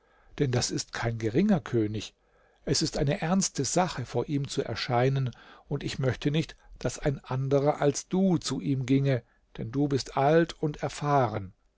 denn das ist kein geringer könig es ist eine ernste sache vor ihm zu erscheinen und ich möchte nicht daß ein anderer als du zu ihm ginge denn du bist alt und erfahren